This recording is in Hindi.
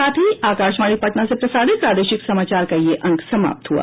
इसके साथ ही आकाशवाणी पटना से प्रसारित प्रादेशिक समाचार का ये अंक समाप्त हुआ